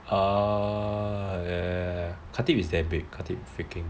orh khatib is damn big